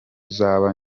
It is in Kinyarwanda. zaba